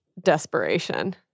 desperation